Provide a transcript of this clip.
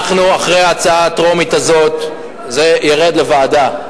אחרי ההצעה הטרומית הזאת זה ירד לוועדה.